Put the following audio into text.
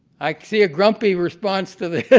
i see a grumpy response to this.